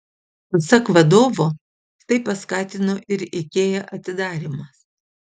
pasak vadovo tai paskatino ir ikea atidarymas